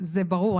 זה ברור,